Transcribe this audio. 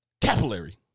Capillary